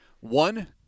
one